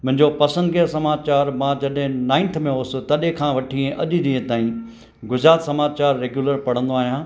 मुंहिंजो पसंदगीअ समाचार मां जॾहिं नाइंथ में हुअसि तॾहिं खां वठी अॼ ॾींहं ताईं गुजरात समाचार रेगुलर पढ़ंदो आहियां